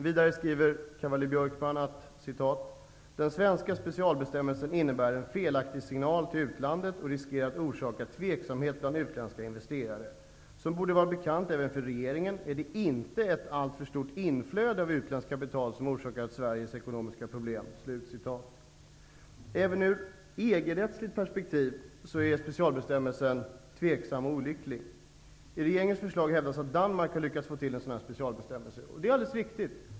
Vidare skriver Cavalli-Björkman: ''Den svenska specialbestämmelsen innebär en felaktig signal till utlandet och riskerar att orsaka tveksamhet bland utländska investerare. Som borde vara bekant även för regeringen, är det inte ett alltför stort inflöde av utländskt kapital som orsakat Sveriges ekonomiska problem.'' Även i EG-rättsligt perspektiv är specialbestämmelsen tveksam och olycklig. I regeringens förslag hävdas att Danmark har lyckats få till en sådan bestämmelse, och det är alldeles riktigt.